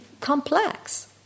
complex